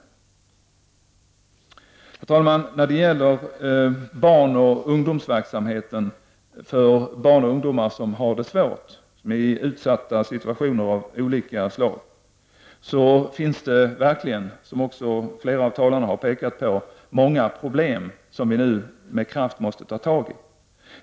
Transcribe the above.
Herr talman! När det gäller verksamheten för barn och ungdomar som har det svårt, som är i utsatta situationer av olika slag så finns det verkligen, som också flera av talarna här påpekat, många problem som vi nu med kraft måste ta tag i.